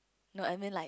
not I mean like